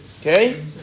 Okay